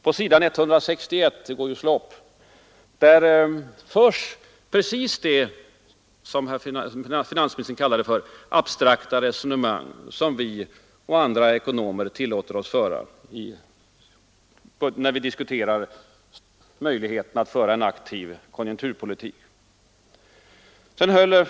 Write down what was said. På s. 161 — det går ju att slå upp — förs precis det abstrakta resonemang, som finansministern kallar det, som vi och andra ekonomer tillåter oss föra när vi diskuterar möjligheterna att bedriva en aktiv konjunkturpolitik.